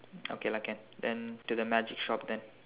okay lah can then to the magic shop then